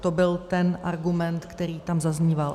To byl ten argument, který tam zazníval.